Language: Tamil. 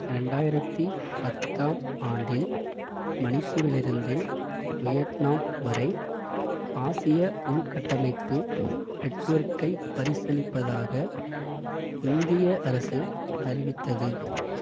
ரெண்டாயிரத்து பத்தாம் ஆண்டில் மணிப்பூரிலிருந்து வியட்நாம் வரை ஆசிய உள்கட்டமைப்பு நெட்வொர்க்கைப் பரிசிலிப்பதாக இந்திய அரசு அறிவித்தது